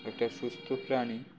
একটা সুস্থ প্রাণী